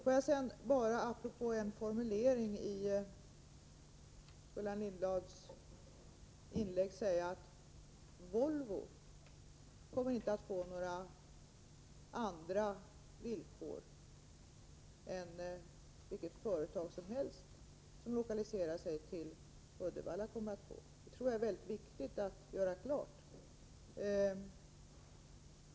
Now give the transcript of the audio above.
Låt mig sedan bara apropå en formulering i Gullan Lindblads inlägg säga att Volvo inte kommer att få några andra villkor än vilket företag som helst som lokaliserar sig till Uddevalla kommer att få — det tror jag är mycket viktigt att göra klart.